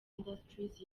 industries